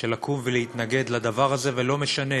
לקום ולהתנגד לדבר הזה, ולא משנה